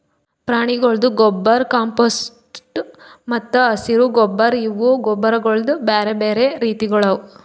ಪ್ರಾಣಿಗೊಳ್ದು ಗೊಬ್ಬರ್, ಕಾಂಪೋಸ್ಟ್ ಮತ್ತ ಹಸಿರು ಗೊಬ್ಬರ್ ಇವು ಗೊಬ್ಬರಗೊಳ್ದು ಬ್ಯಾರೆ ಬ್ಯಾರೆ ರೀತಿಗೊಳ್ ಅವಾ